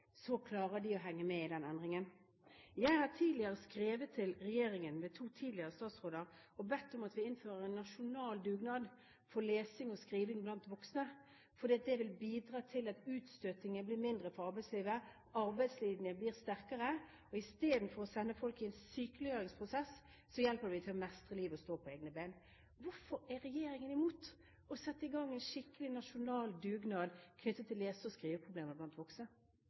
så godt at de klarer å henge med når arbeidslivet forandrer seg. Jeg har tidligere skrevet til regjeringen, ved to tidligere statsråder, og bedt om at vi innfører en nasjonal dugnad for lesing og skriving blant voksne. Det vil bidra til at utstøtingen fra arbeidslivet blir mindre. Arbeidslinjen blir sterkere. Istedenfor å sende folk i en sykeliggjøringsprosess hjelper vi dem til å mestre livet og stå på egne ben. Hvorfor er regjeringen imot å sette i gang en skikkelig nasjonal dugnad knyttet til lese- og skriveproblemer blant voksne?